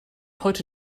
heute